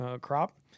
crop